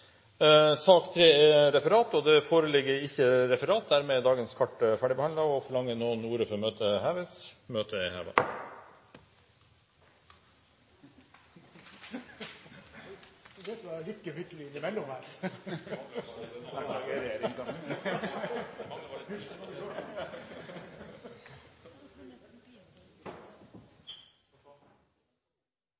Det foreligger ikke noe referat. Dermed er dagens kart ferdigbehandlet. Forlanger noen ordet før møtet heves? – Møtet er